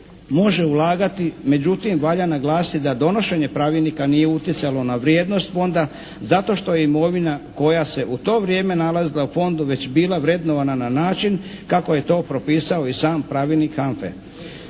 može ulagati. Međutim valja naglasiti da donošenje pravilnika nije utjecalo na vrijednost Fonda zato što imovina koja se je u to vrijeme nalazila u Fondu već bila vrednovanja na način kako je to propisao i sam pravilnik HANFA-e.